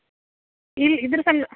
ಇಲ್ಲ ಇದ್ರ ಸಲ್